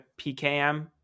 PKM